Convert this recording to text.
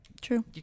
true